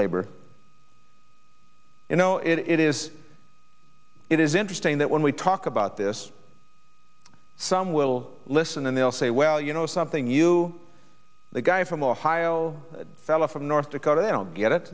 labor you know it it is it is interesting that when we talk about this some will listen and they'll say well you know something you the guy from ohio fella from north dakota they don't get it